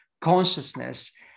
consciousness